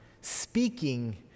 speaking